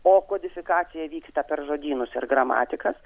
o kodifikacija vyksta per žodynus ir gramatikas